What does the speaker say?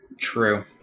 True